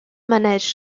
managed